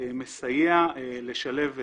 זה מסייע לשלב תעסוקה.